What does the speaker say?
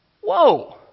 Whoa